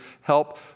help